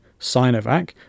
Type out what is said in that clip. Sinovac